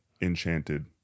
Enchanted